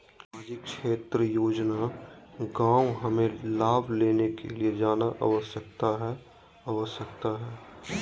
सामाजिक क्षेत्र योजना गांव हमें लाभ लेने के लिए जाना आवश्यकता है आवश्यकता है?